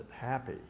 happy